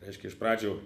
reiškia iš pradžių